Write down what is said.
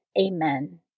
Amen